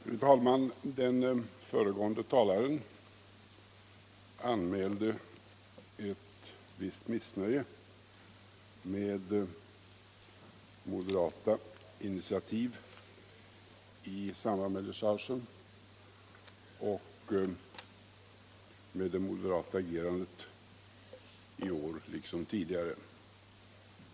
Fru talman! Den föregående talaren anmälde ett visst missnöje med moderata initiativ i samband med dechargen och med det moderata agerandet i år liksom tidigare.